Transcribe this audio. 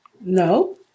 No